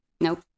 nope